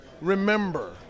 remember